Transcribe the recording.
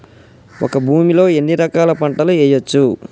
ఒక భూమి లో ఎన్ని రకాల పంటలు వేయచ్చు?